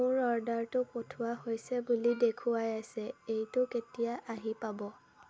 মোৰ অৰ্ডাৰটো পঠোৱা হৈছে বুলি দেখুৱাই আছে এইটো কেতিয়া আহি পাব